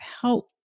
help